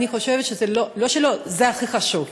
אני חושבת שזה לא, לא שלא, זה הכי חשוב,